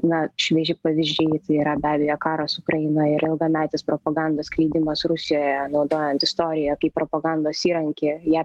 na švieži pavyzdžiai tai yra be abejo karas ukrainoj ir ilgametis propagandos skleidimas rusijoje naudojant istoriją kaip propagandos įrankį ją